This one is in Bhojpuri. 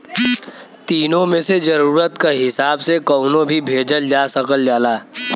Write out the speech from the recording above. तीनो मे से जरुरत क हिसाब से कउनो भी भेजल जा सकल जाला